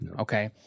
okay